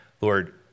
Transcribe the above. Lord